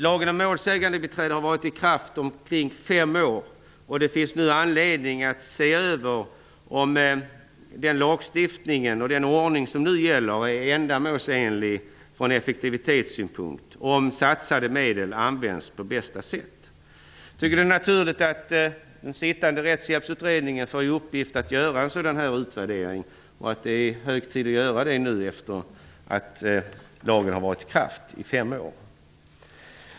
Lagen om målsägandebiträde har varit i kraft omkring fem år. Det finns nu anledning att se över om den lagstiftning och den ordning som nu gäller är ändamålsenliga från effektivitetssynpunkt, om satsade medel används på bästa sätt. Vi tycker att det är naturligt att den sittande Rättshjälpsutredningen får i uppgift att göra en utvärdering. Det är hög tid att göra det nu efter det att lagen har varit i kraft i fem år.